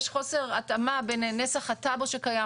יש חוסר התאמה בין נסח הטאבו שקיים